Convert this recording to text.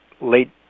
Late